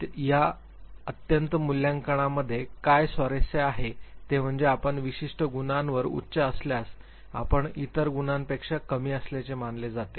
या अत्यंत मूल्यांकनामध्ये काय स्वारस्य आहे ते म्हणजे आपण विशिष्ट गुणांवर उच्च असल्यास आपण इतर गुणांपेक्षा कमी असल्याचे मानले जाते